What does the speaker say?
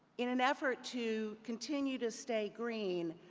in an effort to continue to stay green,